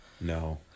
No